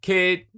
Kid